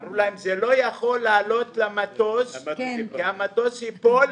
אמרו להם שזה לא יכול לעלות למטוס כי המטוס ייפול,